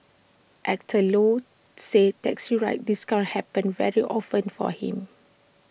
Actor low says taxi ride discounts happen very often for him